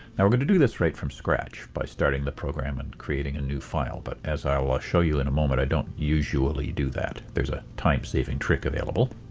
now we're going to do this right from scratch, by starting the program and creating a new file but as i will show you in a moment i don't usually do that. there's a time-saving trick available.